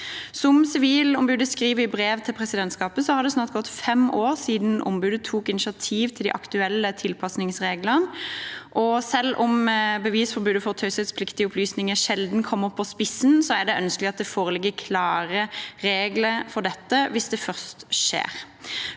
Som Sivilombudet skriver i brevet til presidentskapet, har det snart gått fem år siden ombudet tok initiativ til de aktuelle tilpasningsreglene. Selv om bevisforbudet for taushetspliktige opplysninger sjelden blir satt spissen, er det ønskelig at det foreligger klare regler for dette hvis det først skjer.